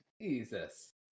Jesus